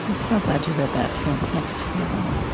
um so glad you read that too next to the other one